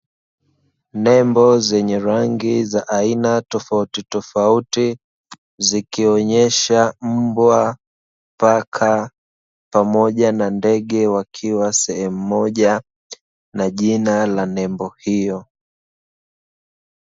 Nembo zenye rangi za aina tofauti tofauti zikionesha. Mbwa, paka pamoja na ndege wakiwa sehemu moja na jina la Nembo hiyo.